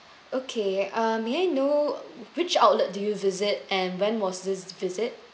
okay uh may I know which outlet do you visit and when was this visit